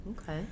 okay